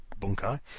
bunkai